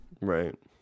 Right